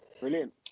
Brilliant